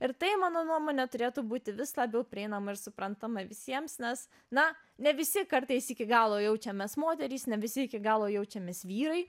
ir tai mano nuomone turėtų būti vis labiau prieinama ir suprantama visiems nes na ne visi kartais iki galo jaučiamės moterys ne visi iki galo jaučiamės vyrai